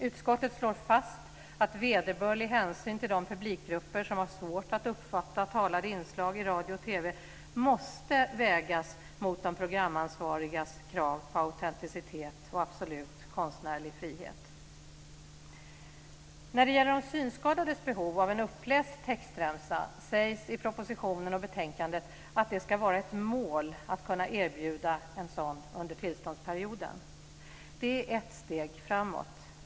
Utskottet slår fast att vederbörlig hänsyn till de publikgrupper som har svårt att uppfatta talade inslag i radio och TV måste vägas mot de programansvarigas krav på autenticitet och absolut konstnärlig frihet. När det gäller de synskadades behov av en uppläst textremsa sägs i propositionen och betänkandet att det ska vara ett mål att kunna erbjuda en sådan service under tillståndsperioden. Det är ett steg framåt.